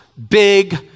Big